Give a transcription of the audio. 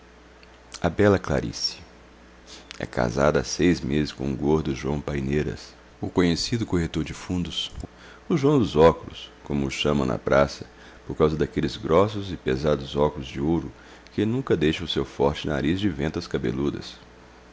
a bela clarice é casada há seis meses com o gordo joão paineiras o conhecido corretor de fundos o joão dos óculos como o chamam na praça por causa daqueles grossos e pesados óculos de ouro que nunca deixam o seu forte nariz de ventas cabeludas